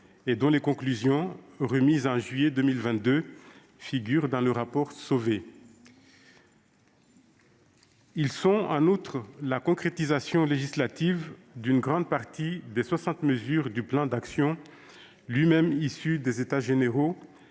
et dont les conclusions, remises en juillet 2022, figurent dans le rapport Sauvé. Ils sont, en outre, la concrétisation législative d'une grande partie des soixante mesures du plan d'action, lui-même issu de ces États généraux,